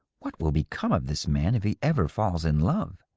what will become of this man if he ever falls in love?